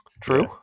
true